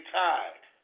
tied